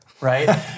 right